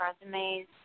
resumes